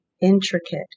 intricate